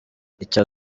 icya